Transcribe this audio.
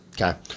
Okay